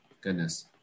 goodness